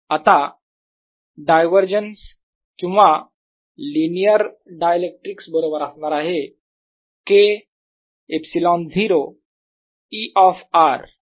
आता डायव्हरजन्स किंवा linear dielectrics बरोबर असणार आहे K ε0 E ऑफ r